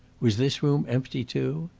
was this room empty, too?